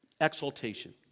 exaltation